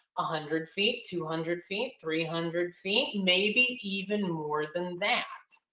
hundred feet, two hundred feet, three hundred feet, maybe even more than that.